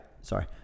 sorry